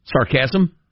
sarcasm